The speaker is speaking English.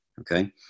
Okay